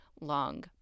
long